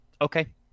Okay